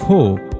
Hope